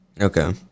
Okay